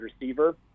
receiver